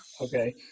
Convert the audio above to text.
Okay